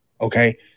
okay